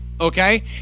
Okay